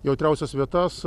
jautriausias vietas